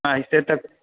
एहिसॅं तऽ